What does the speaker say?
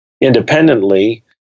independently